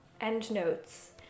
endnotes